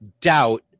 doubt